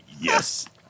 yes